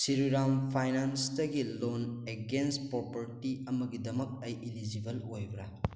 ꯁꯤꯔꯤꯔꯥꯝ ꯐꯥꯏꯅꯥꯟꯁꯇꯒꯤ loan against property ꯑꯃꯒꯤꯗꯃꯛ ꯑꯩ ꯏꯂꯤꯖꯤꯕꯜ ꯑꯣꯏꯕ꯭ꯔꯥ